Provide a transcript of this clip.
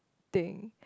thing